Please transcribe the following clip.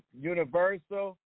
universal